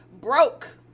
Broke